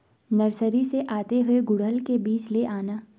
nursery से आते हुए गुड़हल के बीज ले आना